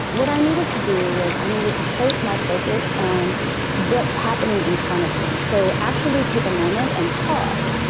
what i needed to do was i needed to place my focus on what's happening in front of me. so, actually take a moment and pause.